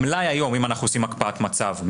אם אנחנו עושים הקפאת מצב,